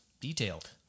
Detailed